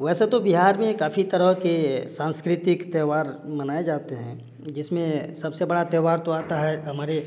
वैसे तो बिहार में काफ़ी तरह के सांस्कृतिक त्योहार मनाए जाते हैं जिसमें सबसे बड़ा त्योहार तो आता है हमारी